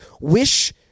wish